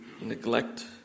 neglect